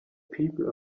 people